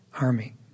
Army